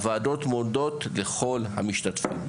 הוועדות מודות לכל המשתתפים.